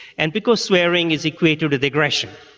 and because swearing is equated with aggression.